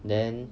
then